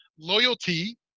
loyalty